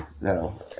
no